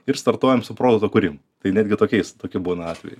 ir startuojam su produkto kūrimu tai netgi tokiais toki būna atvejai